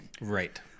Right